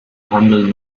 handeln